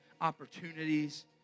opportunities